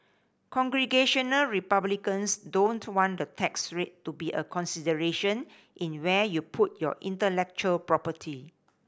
Congressional Republicans don't want the tax rate to be a consideration in where you put your intellectual property